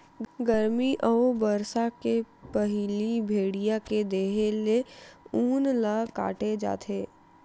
गरमी अउ बरसा के पहिली भेड़िया के देहे ले ऊन ल काटे जाथे